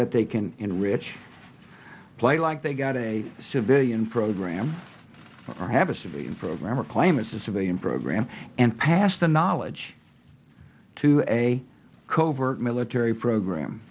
that they can enrich play like they got a civilian program or have a civilian program or claim it's a civilian program and pass the knowledge to a covert military program